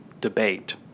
debate